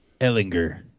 Ellinger